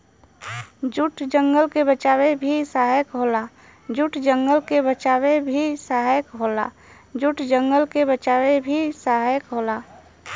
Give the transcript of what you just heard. jute जंगल के बचावे में भी सहायक होला